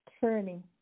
turning